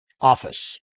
office